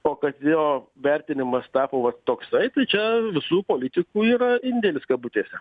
o kad jo vertinimas tapo vat toksai tai čia visų politikų yra indėlis kabutėse